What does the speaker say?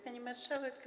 Pani Marszałek!